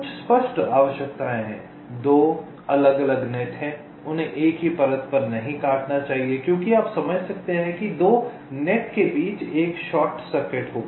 कुछ स्पष्ट आवश्यकताएं हैं 2 अलग अलग नेट हैं उन्हें एक ही परत पर नहीं काटना चाहिए क्योंकि आप समझ सकते हैं कि 2 नेट के बीच एक शॉर्ट सर्किट होगा